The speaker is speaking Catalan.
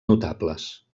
notables